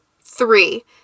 Three